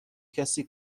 کسی